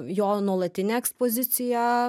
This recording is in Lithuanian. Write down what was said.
jo nuolatinė ekspozicija